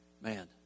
man